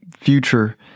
future